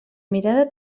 mirada